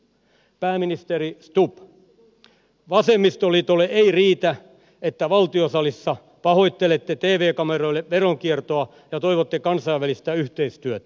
pääministeri stubb vasemmistoliitolle ei riitä että valtiosalissa pahoittelette tv kameroille veronkiertoa ja toivotte kansainvälistä yhteistyötä